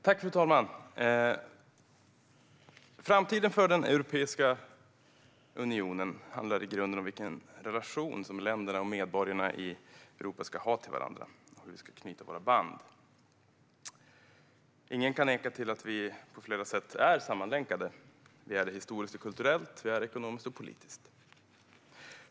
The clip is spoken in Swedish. Fru talman! Framtiden för Europeiska unionen handlar i grunden om vilken relation länderna och medborgarna i Europa ska ha till varandra och hur vi ska knyta banden. Ingen kan neka till att vi på flera sätt är sammanlänkade - historiskt och kulturellt, ekonomiskt och politiskt.